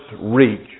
reach